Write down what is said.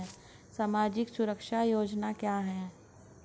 सामाजिक सुरक्षा योजना क्या है?